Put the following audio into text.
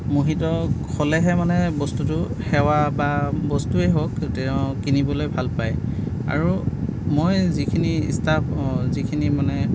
মোহিত হ'লেহে মানে বস্তুটো সেৱা বা বস্তুৱেই হওঁক তেওঁ কিনিবলৈ ভাল পাই আৰু মই যিখিনি ষ্টাফ যিখিনি মানে